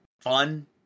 fun